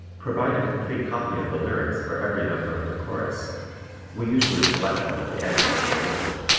provide a complete copy of the lyrics for every member of the chorus we usually collect them at the end of each rehearsal.